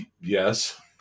Yes